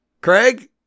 craig